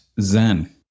Zen